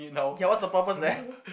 ya what the purpose then